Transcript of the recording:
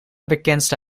bekendste